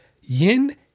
Yin